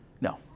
No